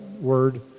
word